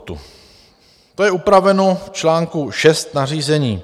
To je upraveno v článku 6 nařízení.